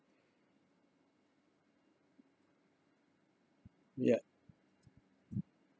ya